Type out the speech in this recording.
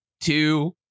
two